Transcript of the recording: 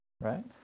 Right